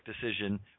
decision